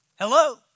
Hello